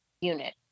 unit